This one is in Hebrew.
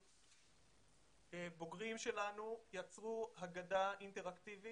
בוגרים שלנו יצרו הגדה אינטר-אקטיבית